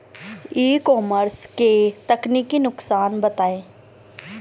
ई commerce के तकनीकी नुकसान बताएं?